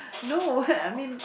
no I mean